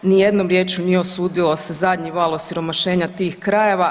Ni jednom riječju nije osudilo zadnji val osiromašenja tih krajeva.